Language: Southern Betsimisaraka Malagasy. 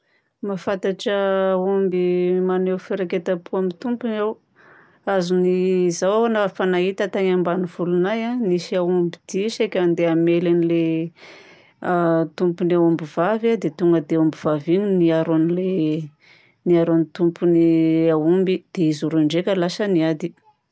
Mahafantatra aomby maneho firaiketam-po amin'ny tompony aho. Azony izaho na efa nahita tany ambanivolonay a: nisy aomby dia saika handeha hamely an'ilay a tompon'ilay aomby vavy dia tonga dia aomby vavy igny niaro an'ilay, niaro an'ny tompony aomby dia izy roa ndraika lasa niady.